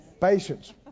Patience